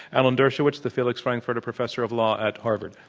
alan dershowitz, the felix frankfurter professor of law at harvard.